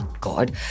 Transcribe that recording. God